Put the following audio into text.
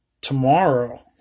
tomorrow